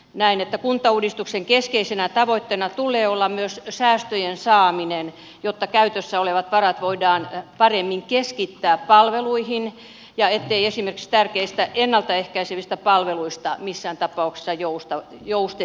näen että kuntauudistuksen keskeisenä tavoitteena tulee olla myös säästöjen saaminen jotta käytössä olevat varat voidaan paremmin keskittää palveluihin ja ettei esimerkiksi tärkeistä ennalta ehkäisevistä palveluista missään tapauksessa joustettaisi